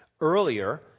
Earlier